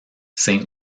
saint